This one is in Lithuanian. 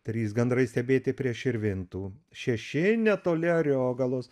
trys gandrai stebėti prie širvintų šeši netoli ariogalos